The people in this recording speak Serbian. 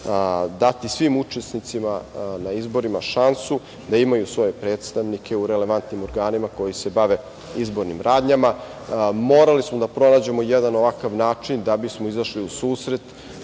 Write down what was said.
dati svim učesnicima na izborima šansu da imaju svoje predstavnike u relevantnim organima koji se bave izbornim radnjama. Morali smo da pronađemo jedan ovakav način da bismo izašli u susret